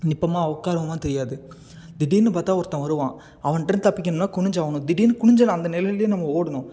நிற்போமா உட்காருவோமான்னு தெரியாது திடீர்னு பார்த்தா ஒருத்தவன் வருவான் அவனுகிட்டேருந்து தப்பிக்கணும்னா குனிஞ்சாகணும் திடீர்னு குனிஞ்சி அந்த நிலையிலேயே நம்ம ஓடணும்